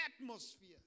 atmosphere